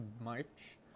March